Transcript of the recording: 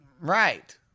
Right